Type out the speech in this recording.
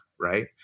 Right